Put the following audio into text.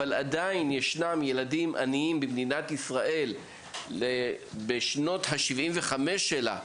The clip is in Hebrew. אבל עדיין ישנם ילדים עניים במדינת ישראל בשנת ה-75 שלה,